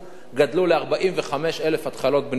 גדלו ל-45,000 התחלות בנייה,